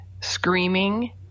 screaming